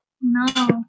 No